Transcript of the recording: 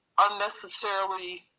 unnecessarily